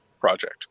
project